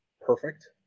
perfect